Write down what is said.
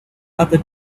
other